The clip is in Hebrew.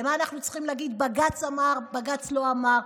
למה אנחנו צריכים להגיד: בג"ץ אמר, בג"ץ לא אמר.